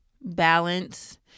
balance